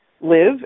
live